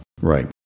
Right